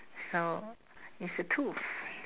so it's a tools